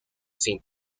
sin